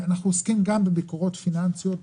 אנחנו עוסקים גם בביקורות פיננסיות,